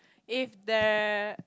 if the